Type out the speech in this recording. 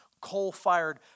coal-fired